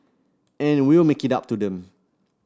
and we'll make it up to them